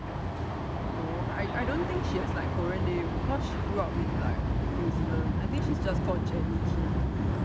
no I don't think she has like korean name cause she grew up in like new zealand I think she's just call jennie kim